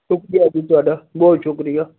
ਸ਼ੁਕਰੀਆ ਜੀ ਤੁਹਾਡਾ ਬਹੁਤ ਸ਼ੁਕਰੀਆ